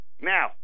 Now